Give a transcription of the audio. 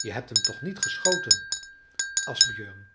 je hebt hem toch niet geschoten asbjörn